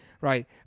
Right